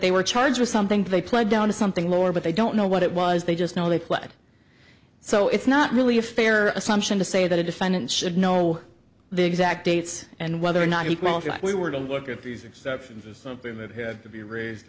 they were charged with something they pled down to something more but they don't know what it was they just know they pled so it's not really a fair assumption to say that a defendant should know the exact dates and whether or not he qualified we were to look at these exceptions as something that had to be raised